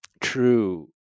true